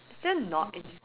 is that not it